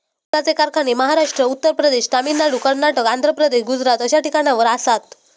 ऊसाचे कारखाने महाराष्ट्र, उत्तर प्रदेश, तामिळनाडू, कर्नाटक, आंध्र प्रदेश, गुजरात अश्या ठिकाणावर आसात